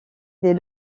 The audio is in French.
dès